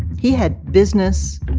he had business